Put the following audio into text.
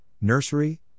nursery